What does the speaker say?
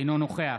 אינו נוכח